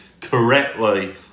correctly